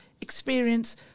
experience